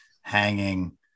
hanging